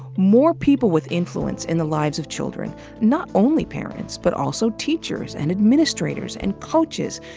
more people with influence in the lives of children not only parents but also teachers and administrators and coaches,